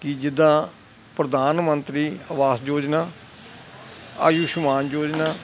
ਕਿ ਜਿੱਦਾਂ ਪ੍ਰਧਾਨ ਮੰਤਰੀ ਅਵਾਸ ਯੋਜਨਾ ਆਯੁਸ਼ਮਾਨ ਯੋਜਨਾ